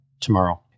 tomorrow